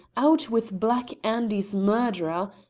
out with black andy's murderer!